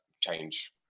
change